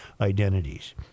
identities